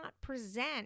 present